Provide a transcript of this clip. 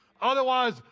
otherwise